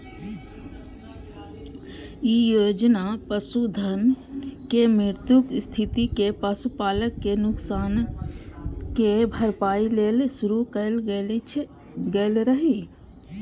ई योजना पशुधनक मृत्युक स्थिति मे पशुपालक कें नुकसानक भरपाइ लेल शुरू कैल गेल रहै